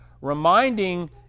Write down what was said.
reminding